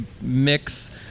mix